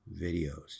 videos